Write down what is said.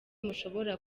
mushobora